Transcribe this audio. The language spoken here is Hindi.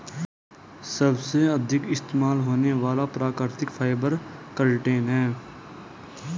सबसे अधिक इस्तेमाल होने वाला प्राकृतिक फ़ाइबर कॉटन है